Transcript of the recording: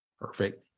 Perfect